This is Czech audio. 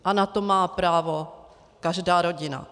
A na to má právo každá rodina.